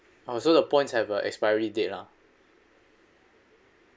oh so the points have a expiry date lah